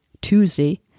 Tuesday